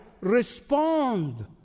respond